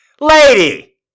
Lady